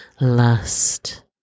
lust